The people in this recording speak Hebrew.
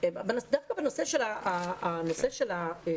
דווקא בנושא של הקביעות,